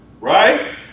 Right